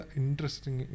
interesting